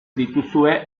dituzue